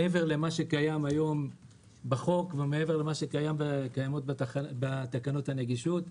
מעבר למה שקיים היום בחוק ומעבר למה שקיים בתקנות הנגישות.